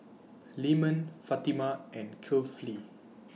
Leman Fatimah and Kifli